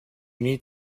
need